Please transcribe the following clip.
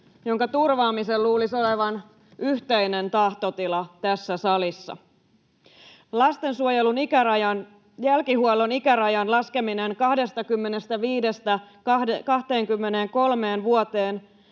jonka turvaamisen luulisi olevan yhteinen tahtotila tässä salissa. Lastensuojelun jälkihuollon ikärajan laskeminen 25:stä 23 vuoteen